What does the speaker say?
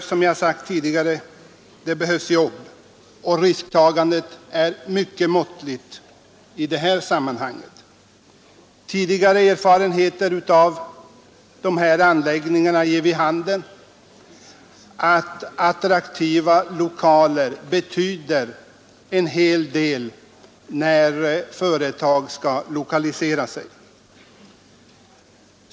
Som jag redan sagt behövs det jobb, och risktagandet är mycket måttligt. Tidigare erfarenheter av liknande anläggningar ger vid handen att attraktiva lokaler betyder en hel del, när företag skall lokalisera sig.